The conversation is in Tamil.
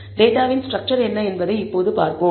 டேட்டாவின் ஸ்டரக்சர் என்ன என்பதை இப்போது பார்ப்போம்